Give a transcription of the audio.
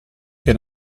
che